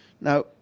Now